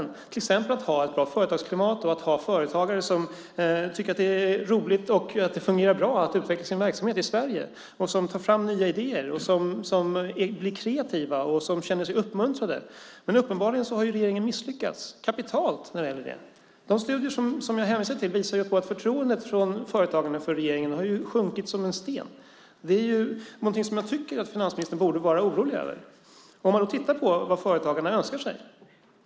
Det handlar till exempel om att ha ett bra företagsklimat, om att ha företagare som tycker att det är roligt och att det fungerar bra att utveckla sin verksamhet i Sverige, om att ha företagare som tar fram nya idéer och som blir kreativa och som känner sig uppmuntrade. Uppenbarligen har regeringen misslyckats kapitalt när det gäller det. De studier som jag hänvisade till visar ju på att förtroendet hos företagarna för regeringen har sjunkit som en sten. Det är någonting som jag tycker att finansministern borde vara orolig över. Man kan då titta på vad företagarna önskar sig.